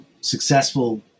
successful